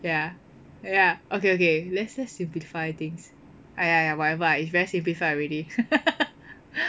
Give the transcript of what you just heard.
ya ya okay okay let's simplify things !aiya! !aiya! whatever ah it's very simplified already